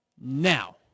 now